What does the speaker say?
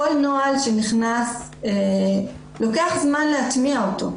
כל נוהל שנכנס, לוקח זמן להטמיע אותו.